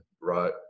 Right